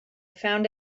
found